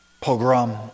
pogrom